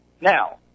Now